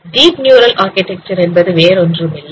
deep neural architecture என்பது வேறொன்றுமில்லை